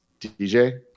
dj